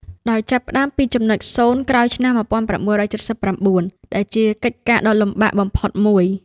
ដោយចាប់ផ្ដើមពីចំណុចសូន្យក្រោយឆ្នាំ ១៩៧៩ ដែលជាកិច្ចការដ៏លំបាកបំផុតមួយ។